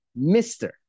Mr